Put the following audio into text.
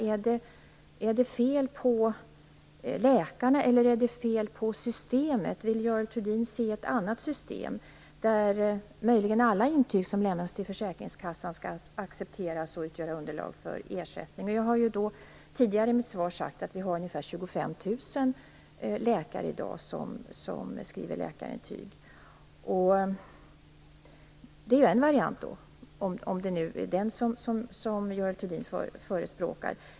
Är det fel på läkarna, eller är det fel på systemet? Vill Görel Thurdin se ett annat system där möjligen alla intyg som lämnas till försäkringskassan skall accepteras och utgöra underlag för ersättning? Jag har tidigare i mitt svar sagt att vi har ungefär 25 000 läkare i dag som skriver läkarintyg. Detta är alltså en variant, om det nu är den som Görel Thurdin förespråkar.